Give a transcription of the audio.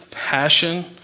Passion